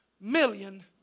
million